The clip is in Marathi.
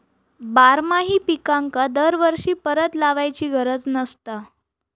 बारमाही पिकांका दरवर्षी परत लावायची गरज नसता